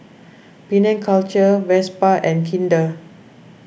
Penang Culture Vespa and Kinder